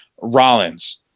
Rollins